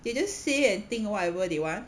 they just say and think whatever they want